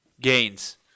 gains